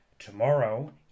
Tomorrow